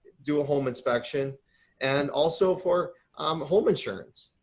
do a home inspection and also for um home insurance.